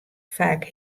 faak